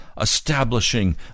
establishing